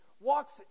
walks